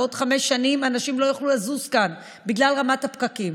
בעוד חמש שנים אנשים לא יוכלו לזוז כאן בגלל רמת הפקקים.